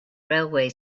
railway